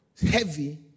heavy